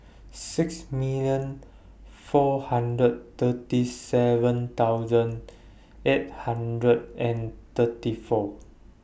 six million four hundred and thirty seven thousand eight hundred and thirty four